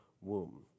womb